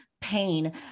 pain